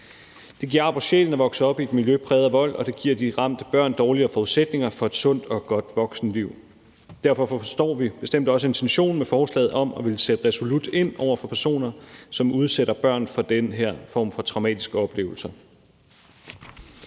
Det giver ar på sjælen at vokse op i et miljø præget af vold, og det giver de ramte børn dårligere forudsætninger for et sundt og godt voksenliv. Derfor forstår vi bestemt også intentionen med forslaget om at ville sætte resolut ind over for personer, som udsætter børn for den her form for traumatiske oplevelser.